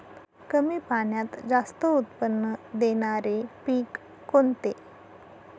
कमी पाण्यात जास्त उत्त्पन्न देणारे पीक कोणते?